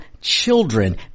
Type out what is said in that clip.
children